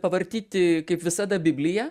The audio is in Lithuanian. pavartyti kaip visada bibliją